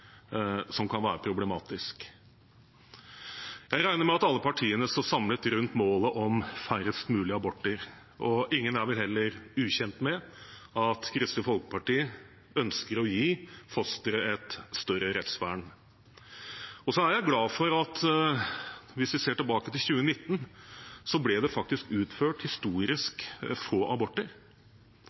som kan være problematisk. Jeg regner med at alle partiene står samlet rundt målet om færrest mulig aborter, og ingen er vel heller ukjent med at Kristelig Folkeparti ønsker å gi fosteret et større rettsvern. Hvis vi ser tilbake til 2019, er jeg glad for at det faktisk ble utført historisk få aborter.